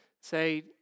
say